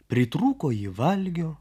pritrūko ji valgio